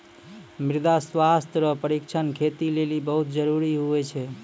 मृदा स्वास्थ्य रो परीक्षण खेती लेली बहुत जरूरी हुवै छै